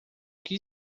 que